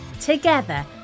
Together